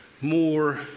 more